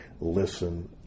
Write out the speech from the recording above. listen